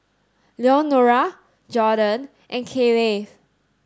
Leonora Jordon and Kayleigh